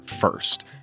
first